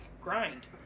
grind